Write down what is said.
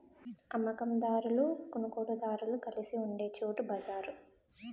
అమ్మ కందారులు కొనుగోలుదారులు కలిసి ఉండే చోటు బజారు